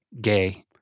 gay